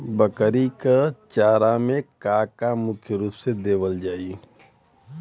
बकरी क चारा में का का मुख्य रूप से देहल जाई?